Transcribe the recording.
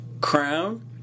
crown